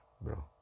bro